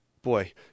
Boy